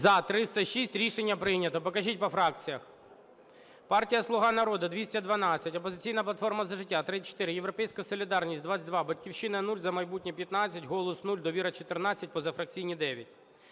За-306 Рішення прийнято. Покажіть по фракціях. Партія "Слуга народу" – 212, "Опозиційна платформа – За життя" – 34, "Європейська солідарність" – 22, "Батьківщина" – 0, "За майбутнє" – 15, "Голос" – 0, "Довіра" – 14, позафракційні – 9.